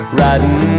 riding